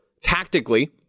Tactically